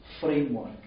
framework